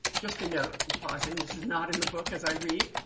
just a note, and pausing. this is not in the book, as i read.